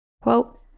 Quote